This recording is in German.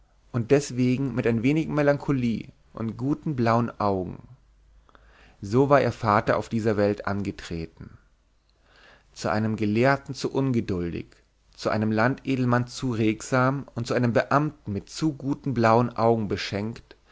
und deswegen mit ein wenig melancholie und guten blauen augen so war ihr vater auf dieser welt angetreten zu einem gelehrten zu ungeduldig zu einem landedelmann zu regsam und zu einem beamten mit zu guten blauen augen beschenkt